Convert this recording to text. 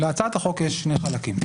להצעת החוק יש שני חלקים.